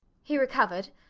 he recovered.